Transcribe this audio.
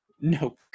no